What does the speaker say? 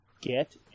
get